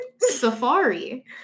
Safari